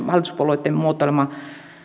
hallituspuolueitten muotoilema